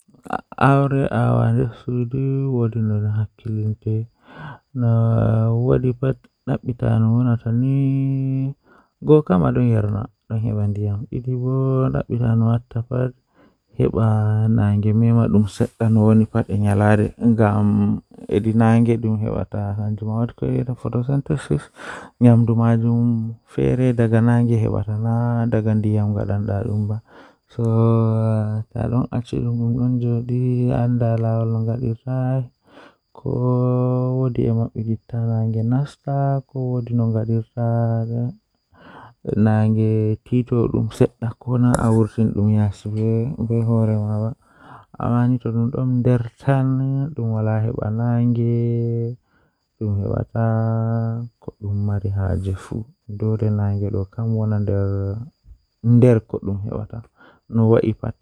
Eh aranndewol kam awaran a fista foti naatude pañali e hoore baby. Foti hokke ko ɓuri nafaade, naatude pañali ngal so aɗa waawi. Naftu yaaɓde ko fow, wi'ude ndiyam ngal ngam. Kammunde ɗum to wujjooje